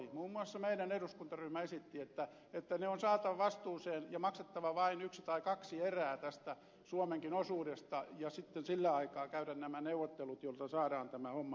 muun muassa meidän eduskuntaryhmämme esitti että ne on saatava vastuuseen ja on maksettava vain yksi tai kaksi erää tästä suomenkin osuudesta ja sitten sillä aikaa käydään nämä neuvottelut jotta saadaan tämä homma selväksi